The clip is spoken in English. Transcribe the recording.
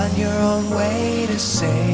ah your own way to say